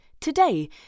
today